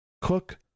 cook